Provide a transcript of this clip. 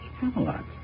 Camelot